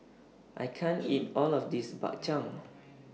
I can't eat All of This Bak Chang